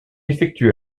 effectue